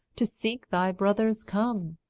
to seek thy brothers come!